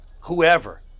whoever